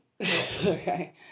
okay